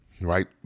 right